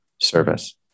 service